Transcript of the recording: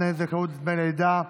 תנאי זכאות לדמי לידה),